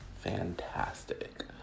fantastic